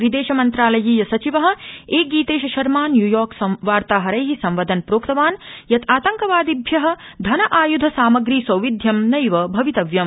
विदेश मन्त्रालयीय सचिव ए गीतेश शर्मा न्यूयॉर्क वार्ताहरै सम्वदन् प्रोक्तवान् यत् आतंकवादिभ्य धन आय्ध सामग्री सौविध्यं नैव भवितव्यम्